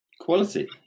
Quality